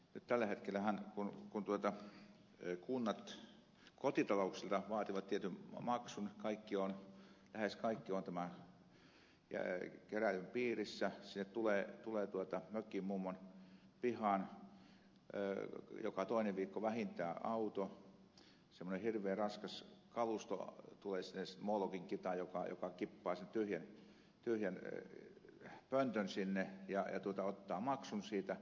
nyt tällä hetkellähän kun kunnat kotitalouksilta vaativat tietyn maksun ja lähes kaikki ovat tämän keräilyn piirissä sinne mökinmummon pihaan tulee joka toinen viikko vähintään auto semmoinen hirveä raskas kalusto tulee sinne smolvinki joka kippaa sen tyhjän pöntön sinne ja ottaa maksun siitä